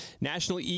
national